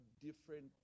different